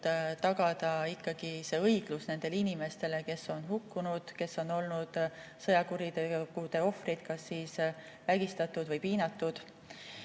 tagada ikkagi õiglus nendele inimestele, kes on hukkunud, kes on olnud sõjakuritegude ohvrid, kas vägistatud või piinatud.